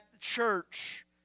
church